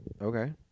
Okay